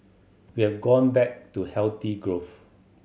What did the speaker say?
we have gone back to healthy growth